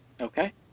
okay